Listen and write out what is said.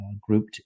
grouped